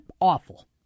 awful